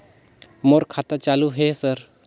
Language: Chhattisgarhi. मोर खाता चालु हे सर?